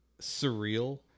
surreal